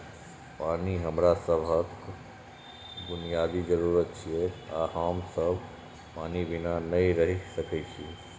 पानि हमरा सभक बुनियादी जरूरत छियै आ हम सब पानि बिना नहि रहि सकै छी